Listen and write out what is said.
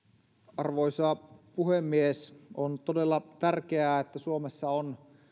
arvoisa puhemies on todella tärkeää että suomessa on